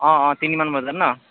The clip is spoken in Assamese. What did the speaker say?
অঁ অঁ তিনি মান বজাত ন